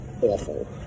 awful